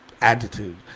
attitude